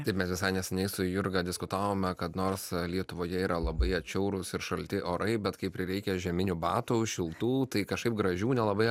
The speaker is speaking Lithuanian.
taip mes visai neseniai su jurga diskutavome kad nors lietuvoje yra labai atšiaurūs ir šalti orai bet kai prireikia žieminių batų šiltų tai kažkaip gražių nelabai